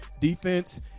defense